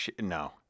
No